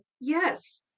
yes